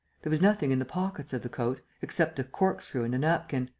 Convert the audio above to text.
there was nothing in the pockets of the coat, except a corkscrew and a napkin.